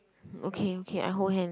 okay okay I hold hand